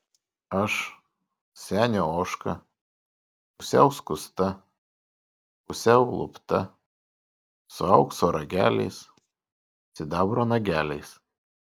aš senio ožka pusiau skusta pusiau lupta su aukso rageliais sidabro nageliais